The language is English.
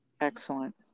Excellent